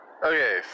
Okay